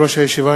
הישיבה,